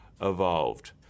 evolved